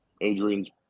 Adrian's